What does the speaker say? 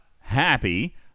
happy